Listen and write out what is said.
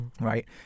Right